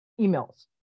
emails